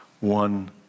One